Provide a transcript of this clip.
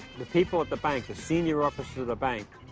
the people at the bank, the senior officers of the bank,